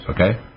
okay